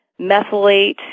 methylate